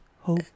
hope